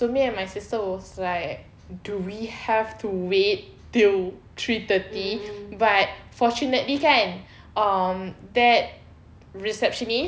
so me and my sister was like do we have to wait till three thirty but fortunately kan um that receptionist